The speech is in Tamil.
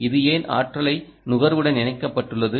இது ஏன் ஆற்றல் நுகர்வுடன் இணைக்கப்பட்டுள்ளது